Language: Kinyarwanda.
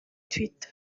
twitter